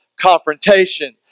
confrontation